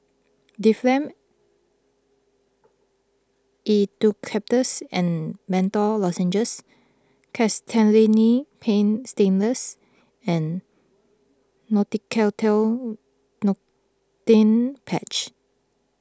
Difflam Eucalyptus and Menthol Lozenges Castellani's Paint Stainless and Nicotinell Nicotine Patch